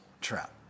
trap